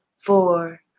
four